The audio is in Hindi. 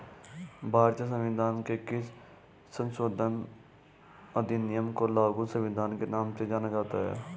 भारतीय संविधान के किस संशोधन अधिनियम को लघु संविधान के नाम से जाना जाता है?